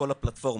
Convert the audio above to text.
לכל הפלטפורמות,